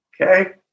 Okay